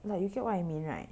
like you get what I mean right